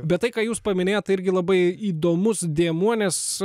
bet tai ką jūs paminėjot irgi labai įdomus dėmuo nes